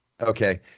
Okay